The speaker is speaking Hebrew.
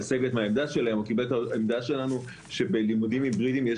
לסגת מהעמדה שלהם - שבלימודים היברידיים יש